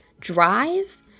drive